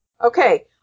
Okay